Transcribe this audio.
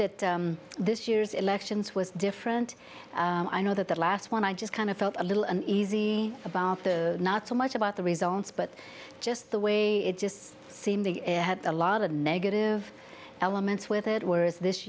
that this year's elections was different i know that the last one i just kind of felt a little uneasy about the not so much about the results but just the way it just seemed a lot of negative elements with it whereas this